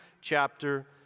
chapter